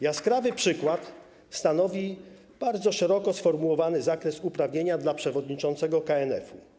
Jaskrawy przykład stanowi bardzo szeroko sformułowany zakres uprawnienia dla przewodniczącego KNF.